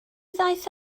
ddaeth